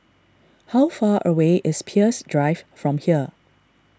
how far away is Peirce Drive from here